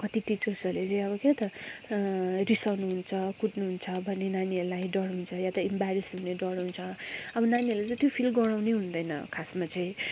कति टिचर्सहरूले अब क्या त रिसउनु हुन्छ कुट्नु हुन्छ भने नानीहरूलाई डर हुन्छ या त इम्ब्यारेस हुने डर हुन्छ अब नानीहरूलाई चाहिँ त्यो फिल गराउनै हुँदैन खासमा चाहिँ